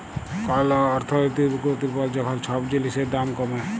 call অর্থলৈতিক দুর্গতির পর যখল ছব জিলিসের দাম কমে